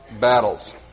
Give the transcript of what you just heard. battles